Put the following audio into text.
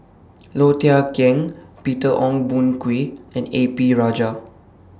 Low Thia Khiang Peter Ong Boon Kwee and A P Rajah